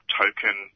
token